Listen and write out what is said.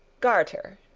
garther,